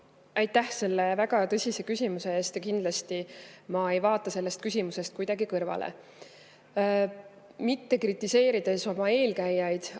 Aitäh selle väga tõsise küsimuse eest! Kindlasti ma ei vaata sellest küsimusest kuidagi kõrvale. Ma ei taha kritiseerida oma eelkäijaid,